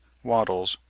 wattles,